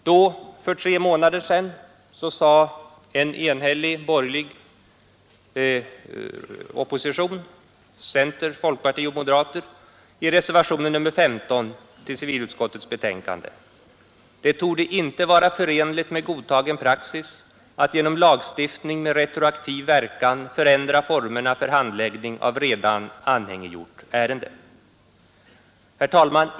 Då — för tre månader sedan — sade en enhällig borgerlig opposition, centerpartister, folkpartister och moderater, i reservationen 15 till civilutskottets betänkande att det inte torde vara förenligt med godtagen praxis att genom lagstiftning med retroaktiv verkan förändra formerna för handläggning av redan anhängiggjort ärende. Herr talman!